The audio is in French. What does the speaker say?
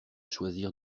choisir